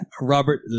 Robert